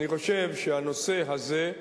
אני חושב שהנושא הזה,